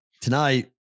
tonight